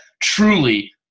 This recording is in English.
truly